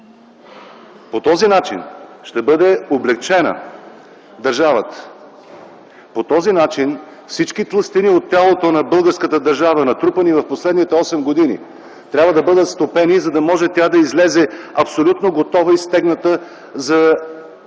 По този начин ще бъде облекчена държавата. По този начин всички тлъстини по тялото на българската държава, натрупани през последните осем години, трябва да бъдат стопени, за да може тя да излезе абсолютно готова и стегната за